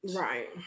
Right